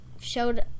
showed